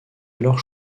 alors